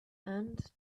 and